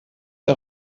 der